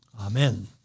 Amen